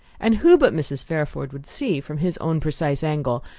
and who but mrs. fairford would see, from his own precise angle,